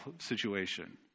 situation